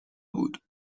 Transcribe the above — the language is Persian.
بود